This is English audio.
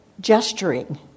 gesturing